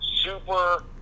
super